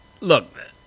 Look